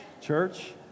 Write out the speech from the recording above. Church